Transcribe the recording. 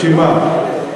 שמה?